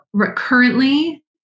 currently